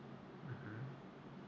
mmhmm